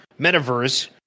metaverse